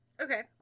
Okay